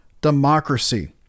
democracy